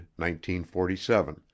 1947